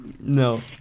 No